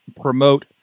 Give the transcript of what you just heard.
promote